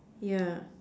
yeah